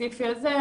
הספציפי הזה.